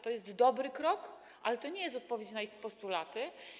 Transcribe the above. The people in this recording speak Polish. To jest dobry krok, ale to nie jest odpowiedź na ich postulaty.